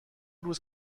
روز